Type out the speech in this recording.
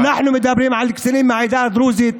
אנחנו מדברים על קצינים מהעדה הדרוזית,